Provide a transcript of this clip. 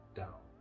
down